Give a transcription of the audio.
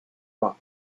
war